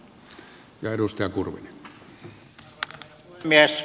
arvoisa herra puhemies